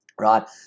right